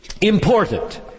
important